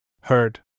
Heard